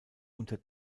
unter